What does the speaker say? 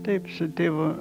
taip su tėvu